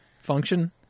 function